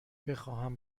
بخواهم